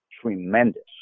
tremendous